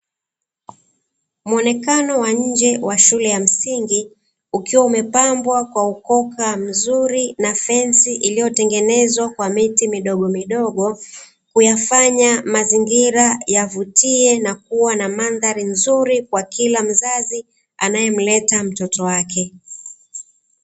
Muonekano wa nje wa shule ya msingi, ukiwa umepambwa kwa ukoka mzuri na fensi iliyotengenezwa kwa miti midogomidogo, kuyafanya mazingira yavutie na kuwa na mandhari nzuri kwa kila mzazi anayemleta mtoto wake.